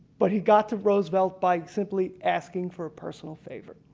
but he got to roosevelt by simply asking for a personal favor.